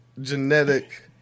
genetic